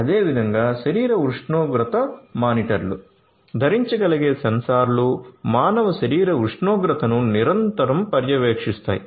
అదేవిధంగా శరీర ఉష్ణోగ్రత మానిటర్లు ధరించగలిగే సెన్సార్లు మానవ శరీర ఉష్ణోగ్రతను నిరంతరం పర్యవేక్షిస్తాయి